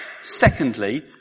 Secondly